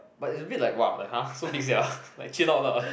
but it's a bit like !wah! like !huh! so big sia like chill out lah